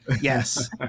Yes